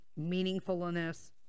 meaningfulness